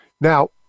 now